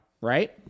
Right